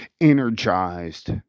energized